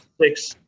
six